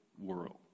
world